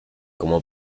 como